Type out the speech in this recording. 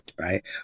right